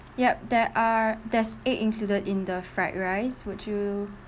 yup there are there's egg included in the fried rice would you